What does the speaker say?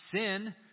sin-